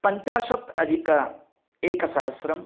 पञ्चाशत् अधिक एकसहस्रं